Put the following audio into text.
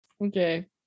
Okay